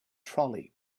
trolley